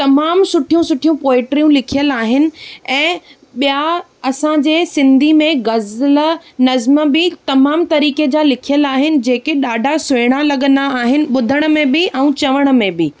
तमाम सुठियूं सुठियूं पोइट्रियूं लिखियलु आहिनि ऐं ॿिया असांजे सिंधी में ग़ज़ल नज़्म बि तमामु तरीके जा लिखियलु आहिनि जेके ॾाढा सुहिणा लॻंदा आहिनि ॿुधण में बि ऐं चवण में बि